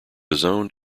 zoned